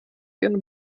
ihren